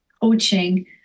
coaching